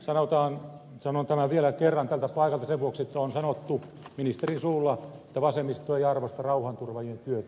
sanon tämän vielä kerran tältä paikalta kun on sanottu ministerin suulla että vasemmisto ei arvosta rauhanturvaajien työtä